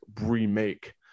remake